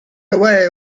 away